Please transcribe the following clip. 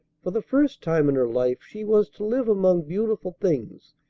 for the first time in her life she was to live among beautiful things,